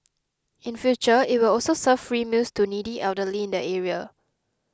in future it will also serve free meals to needy elderly in the area